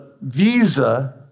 visa